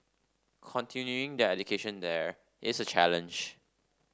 continuing their education there is a challenge